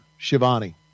Shivani